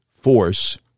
Force